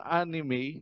anime